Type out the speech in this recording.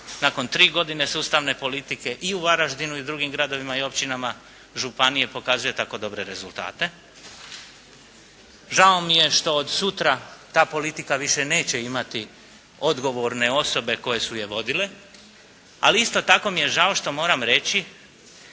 nakon tri godine sustavne politike i u Varaždinu i u drugim gradovima i općinama županije pokazuje tako dobre rezultate. Žao mi je što od sutra ta politika više neće imati odgovorne osobe koje su je vodile, ali isto tako mi je žao što moram reći